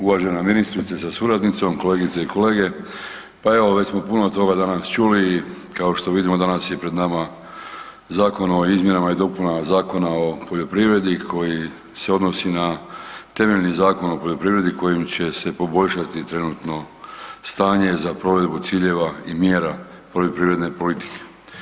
Uvažena ministrice sa suradnicom, kolegice i kolege, pa evo već smo puno toga danas čuli i kao što vidimo danas je pred nama Zakon o izmjenama i dopunama Zakona o poljoprivredi koji se odnosi na temeljni Zakon o poljoprivredi kojim će se poboljšati trenutno stanje za provedbu ciljeva i mjera poljoprivredne politike.